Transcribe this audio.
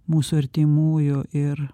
mūsų artimųjų ir